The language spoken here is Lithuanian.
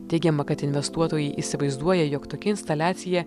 teigiama kad investuotojai įsivaizduoja jog tokia instaliacija